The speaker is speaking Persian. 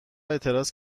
اعتراض